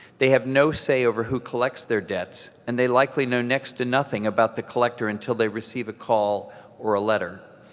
they have no say over who collects their debts, and they likely know next to nothing about the collector until they receive a call or a letter.